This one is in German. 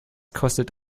kostet